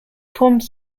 forms